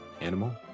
animal